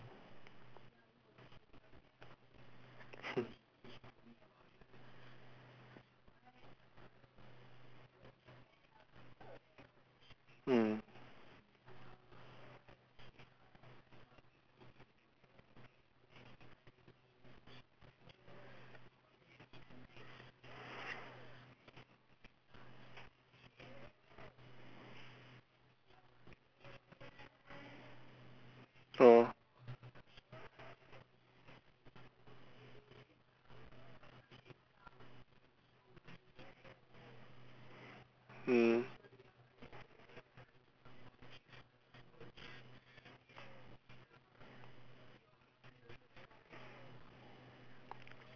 mm mm mm